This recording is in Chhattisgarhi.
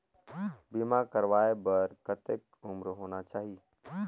बीमा करवाय बार कतेक उम्र होना चाही?